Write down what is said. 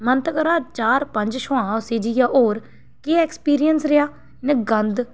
मन ते करा चार पंज छोआंह् उसी जाइयै होर केह् ऐक्सपीरियसं रेहा इ'यां गंद